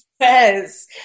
Yes